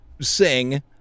sing